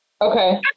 Okay